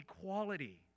equality